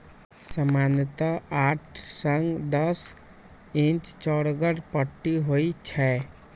सामान्यतः आठ सं दस इंच चौड़गर पट्टी होइ छै